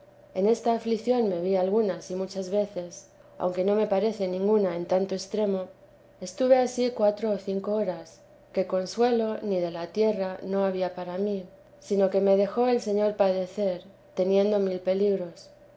en esta aflicción me vi algunas y muchas veces aunque no me parece ninguna en tanto extremo estuve ansí cuatro o cinco horas que consuelo ni de la tierra no había para mí sino que me dejó el señor padecer teniendo mil peligros